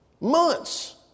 Months